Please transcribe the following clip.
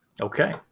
Okay